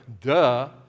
duh